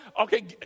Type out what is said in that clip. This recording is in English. Okay